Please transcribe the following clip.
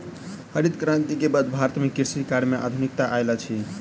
हरित क्रांति के बाद भारत में कृषि कार्य में आधुनिकता आयल अछि